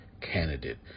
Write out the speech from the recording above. candidate